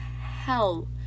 hell